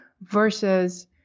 versus